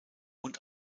und